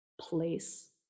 Place